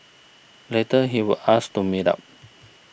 later he would ask to meet up